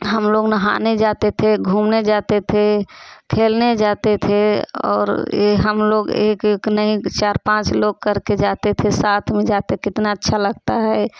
हम लोग नहाने जाते थे घूमने जाते थे खेलने जाते थे और ये हम लोग एक एक नहीं चार पाँच लोग करके जाते थे साथ में जाते कितना अच्छा लगता है